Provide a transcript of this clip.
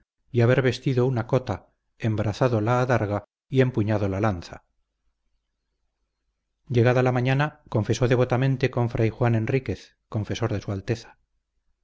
y haber vestido una cota embrazado la adarga y empuñado la lanza llegada la mañana confesó devotamente con fray juan enríquez confesor de su alteza